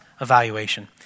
evaluation